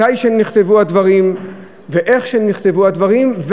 מתי שנכתבו הדברים ואיך שנכתבו הדברים.